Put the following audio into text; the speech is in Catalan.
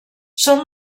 són